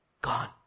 gone